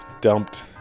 dumped